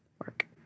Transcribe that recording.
work